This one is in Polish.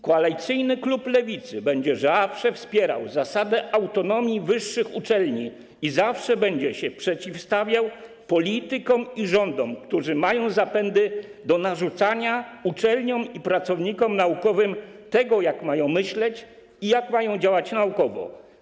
Koalicyjny klub Lewicy będzie zawsze wspierał zasadę autonomii wyższych uczelni i zawsze będzie przeciwstawiał się politykom i rządom, którzy mają zapędy do narzucania uczelniom i pracownikom naukowym tego, jak mają myśleć i jak mają działać naukowo.